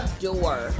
door